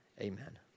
Amen